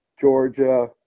Georgia